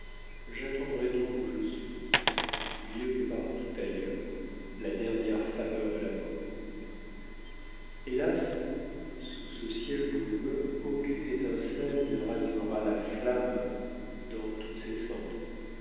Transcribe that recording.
j'attendrai donc où je suis mieux que partout ailleurs la dernière faveur de la mort hélas sous ce ciel brumeux aucune étincelle ne ranimera la flamme dans toutes ces cendres